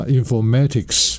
informatics